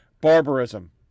Barbarism